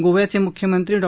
गोव्याचे मुख्यमंत्री डॉ